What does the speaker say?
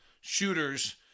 shooters